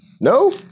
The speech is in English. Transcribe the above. no